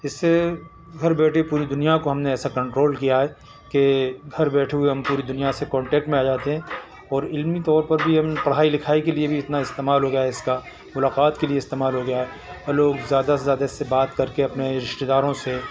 اس سے گھر بیٹھے پوری دنیا کو ہم نے ایسا کنٹرول کیا ہے کہ گھر بیٹھے ہوئے ہم پوری دنیا سے کانٹیکٹ میں آ جاتے ہیں اور علمی طور پر بھی ہم پڑھائی لکھائی کے لیے بھی اتنا استعمال ہو گیا ہے اس کا ملاقات کے لیے استعمال ہو گیا ہے اور لوگ زیادہ سے زیادہ اس سے بات کر کے اپنے رشتےداروں سے